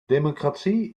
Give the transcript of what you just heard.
democratie